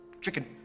Chicken